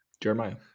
Jeremiah